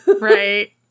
right